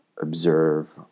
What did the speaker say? observe